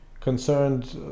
concerned